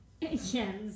Yes